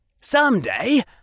someday